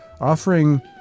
offering